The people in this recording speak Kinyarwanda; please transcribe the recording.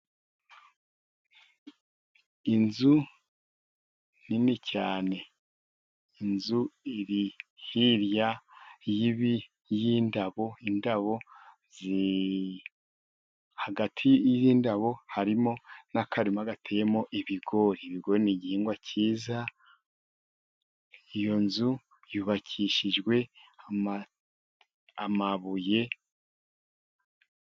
Inzu nini cyane, inzu iri hirya y'indabo, indabo hagati y'indabo harimo n'akarima gateyemo ibigori, ibigo ni igihingwa cyiza, iyo nzu yubakishijwe amabuye.